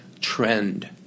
trend